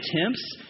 attempts